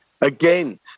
again